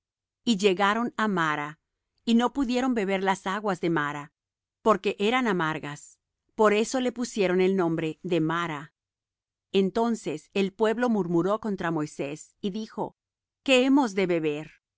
y llegaron á mara y no pudieron beber las aguas de mara porque eran amargas por eso le pusieron el nombre de mara entonces el pueblo murmuró contra moisés y dijo qué hemos de beber